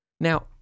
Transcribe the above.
Now